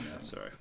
Sorry